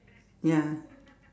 ya